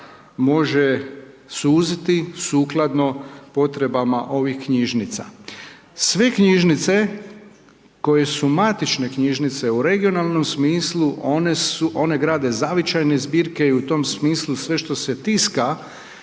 može suziti sukladno potrebama ovih knjižnica. Sve knjižnice koje su matične knjižnice u regionalnom smislu one grade zavičajne zbirke i u tom smislu sve što se tiska